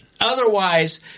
Otherwise